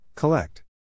Collect